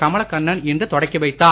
கமலக்கண்ணன் இன்று தொடக்கி வைத்தார்